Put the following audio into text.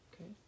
okay